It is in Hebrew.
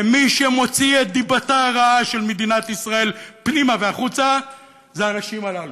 ומי שמוציא את דיבתה רעה של מדינת ישראל פנימה והחוצה זה האנשים הללו,